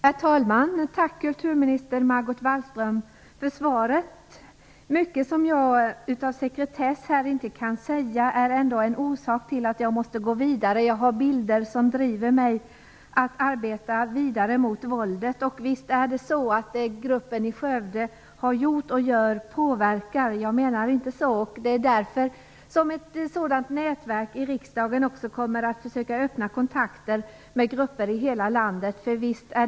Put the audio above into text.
Herr talman! Tack, kulturminister Margot Wallström, för svaret! Mycket av det som jag av sekretess inte kan säga här är ändå orsak till att jag måste gå vidare. Jag har bilder som driver mig att arbeta vidare mot våldet. Visst påverkar gruppen i Skövde. Jag menade det inte så. Det är därför som ett nätverk i riksdagen också kommer att försöka öppna kontakter med grupper i hela landet.